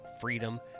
freedom